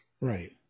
Right